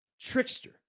trickster